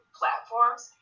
platforms